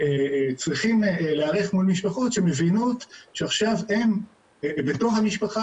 צריכים להיערך מול המשפחות שמבינות שעכשיו הן בתוך המשפחה